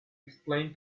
explain